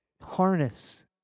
harness